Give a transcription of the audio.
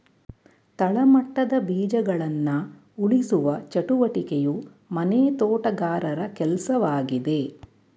ತಳಮಟ್ಟದ ಬೀಜಗಳನ್ನ ಉಳಿಸುವ ಚಟುವಟಿಕೆಯು ಮನೆ ತೋಟಗಾರರ ಕೆಲ್ಸವಾಗಿದೆ